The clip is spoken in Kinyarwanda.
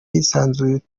yisanzuye